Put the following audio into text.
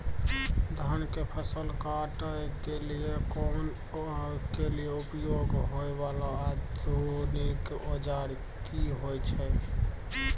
धान के फसल काटय के लिए उपयोग होय वाला आधुनिक औजार की होय छै?